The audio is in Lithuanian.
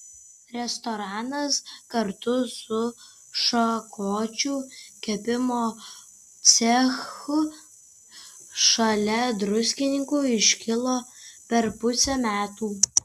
restoranas kartu su šakočių kepimo cechu šalia druskininkų iškilo per pusę metų